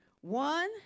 One